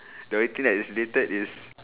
the only thing that's related is